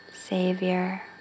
savior